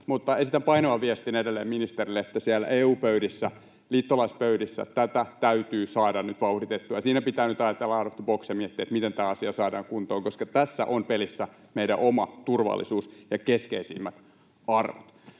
mutta esitän painavan viestin edelleen ministerille, että siellä EU-pöydissä, liittolaispöydissä, tätä täytyy saada nyt vauhditettua. Siinä pitää nyt ajatella out of the box ja miettiä, miten tämä asia saadaan kuntoon, koska tässä ovat pelissä meidän oma turvallisuus ja keskeisimmät arvot.